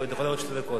והוא ידבר עוד שתי דקות.